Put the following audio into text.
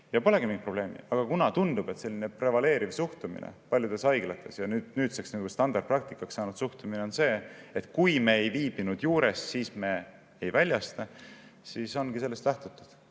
Ja polegi mingit probleemi. Aga kuna tundub, et selline prevaleeriv suhtumine paljudes haiglates – ja nüüdseks standardpraktikaks saanud suhtumine – on see, et kui me ei viibinud juures, siis me [tõendit] ei väljasta, siis ongi sellest lähtutud.